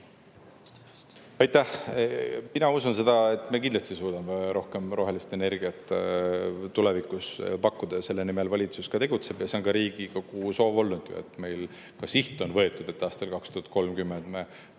Aitäh! Mina usun seda, et me kindlasti suudame rohkem rohelist energiat tulevikus pakkuda, ja selle nimel valitsus tegutseb ja see on ju ka Riigikogu soov olnud. Meil on võetud siht, et aastal 2030